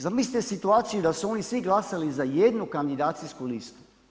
Zamislite situaciju da su oni svi glasali za jednu kandidacijsku listu.